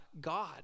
God